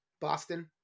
Boston